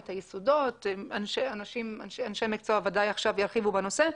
היסודות ואנשי המקצוע בוודאי ירחיבו בנושא,